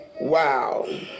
Wow